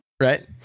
Right